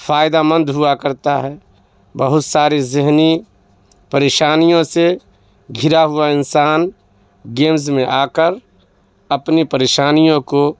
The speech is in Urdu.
فائدہ مند ہوا کرتا ہے بہت ساری ذہنی پریشانیوں سے گھرا ہوا انسان گیمز میں آ کر اپنی پریشانیوں کو